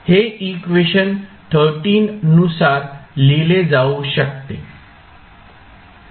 हे इक्वेशन नुसार लिहिले जाऊ शकते